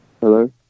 Hello